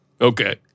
Okay